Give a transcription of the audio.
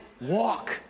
Walk